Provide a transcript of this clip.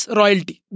royalty